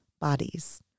bodies